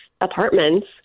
apartments